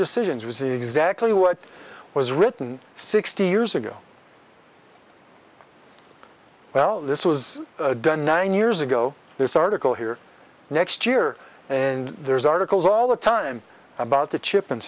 decisions was exactly what was written sixty years ago well this was done nine years ago this article here next year and there's articles all the time about the chip and